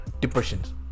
depressions